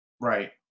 Right